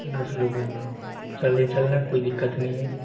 दस लोग हैं चलिए चलने का कोई दिक्कत नहीं है